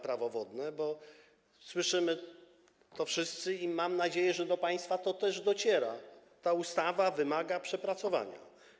Prawo wodne, bo słyszymy to wszyscy, i mam nadzieję, że do państwa to też dociera, że ta ustawa wymaga przepracowania.